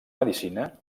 medicina